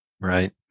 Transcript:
Right